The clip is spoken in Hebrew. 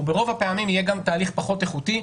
וברוב הפעמים הוא גם יהיה תהליך פחות איכותי,